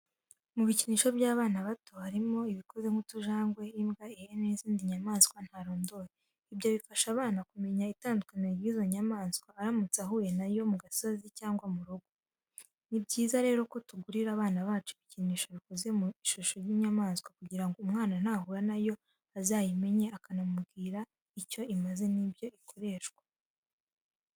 Mu bikinisho by'abana bato harimo ibikoze nk'utujangwe, imbwa, ihene n'izindi nyamaswa ntarondoye. Ibyo bigafasha abana kumenya itandukaniro ry'izo nyamaswa aramutse ahuye na yo mu gasozi cyangwa mu rugo. Ni byiza rero ko tugurira abana bacu ibikinisho bikoze mu ishusho y'inyamaswa kugira ngo umwana nahura na yo azayimenye, ukanamubwira icyo imaze n'ibyo ikoreshwa.